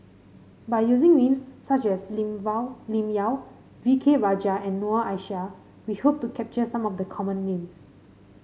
by using names such as Lim Lim Yau V K Rajah and Noor Aishah we hope to capture some of the common names